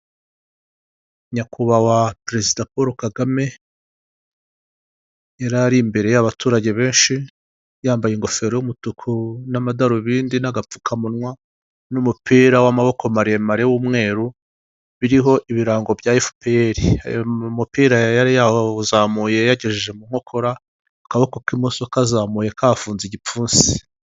Nyakubahwa perezida Paul Kagame, yari ari imbere y'abaturage benshi, yambaye ingofero y'umutuku n'amadarubindi n'agapfukamunwa n'umupira w'amaboko maremare w'umweru, biriho ibirango bya Efuperi. Umupira yari yawuzamuye yawugejeje mu nkokora, akaboko k'imoso kazamuye kafunze igipfunsi.